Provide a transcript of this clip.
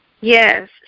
Yes